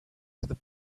toward